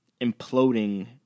imploding